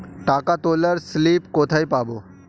টাকা তোলার স্লিপ কোথায় পাব?